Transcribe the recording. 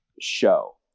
show